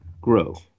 grow